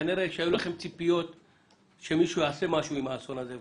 כנראה שהיו לכם ציפיות שמישהו יעשה משהו עם האסון הזה.